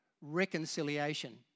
reconciliation